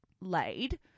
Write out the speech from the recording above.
laid